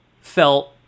felt